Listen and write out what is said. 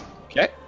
okay